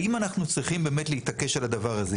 האם אנחנו צריכים באמת להתעקש על הדבר הזה?